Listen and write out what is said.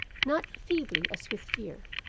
not feebly as with fear,